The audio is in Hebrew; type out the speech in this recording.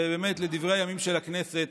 באמת לדברי הימים של הכנסת,